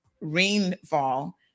rainfall